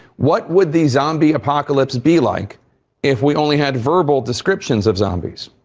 what would the zombie apocalypse be like if we only had verbal descriptions of zombies